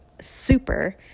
super